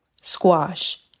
squash